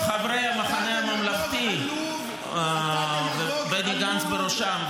אם חברי המחנה הממלכתי ובני גנץ בראשם,